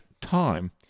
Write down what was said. time